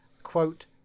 quote